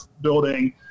building